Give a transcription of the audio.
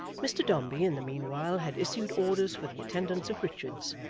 mr dombey, in the meanwhile, had issued orders for the attendance of richards,